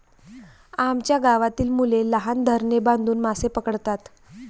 आमच्या गावातील मुले लहान धरणे बांधून मासे पकडतात